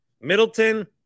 Middleton